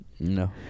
No